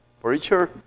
preacher